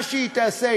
מה שזה יעשה,